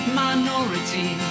minority